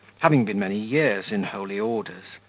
having been many years in holy orders,